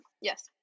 yes